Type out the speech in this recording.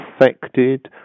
affected